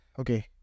okay